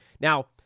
Now